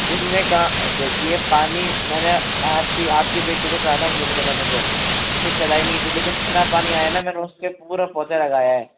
किसने कहा देखिए पानी मैंने आप सी आपकी बेटी को कहा था मोटर चलाने को उनने चलाई नहीं थी लेकिन जितना पानी आया ना मैंने उसके पूरा पोछा लगाया है